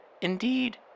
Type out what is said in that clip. indeed